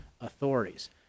authorities